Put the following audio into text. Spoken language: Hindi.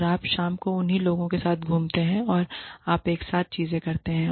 और आप शाम को उन्हीं लोगों के साथ घूमते हैं और आप एक साथ चीजें करते हैं